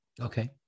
okay